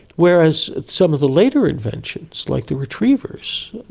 whereas some of the later inventions like the retrievers,